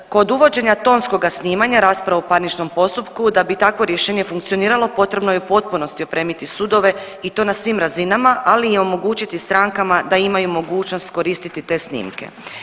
Kroz, kod uvođenja tonskoga snimanja rasprava u parničnom postupku, da bi takvo rješenje funkcioniralo potrebno je u potpunosti opremiti sudove i to na svim razinama, ali i omogućiti strankama da imaju mogućnost koristiti te snimke.